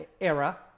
era